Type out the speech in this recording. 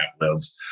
lives